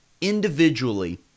individually